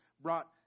brought